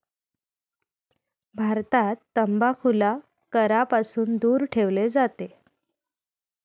भारतात तंबाखूला करापासून दूर ठेवले जाते